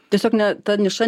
tiesiog na ta niša